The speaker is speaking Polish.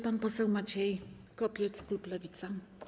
Pan poseł Maciej Kopiec, klub Lewica.